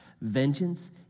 vengeance